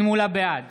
בעד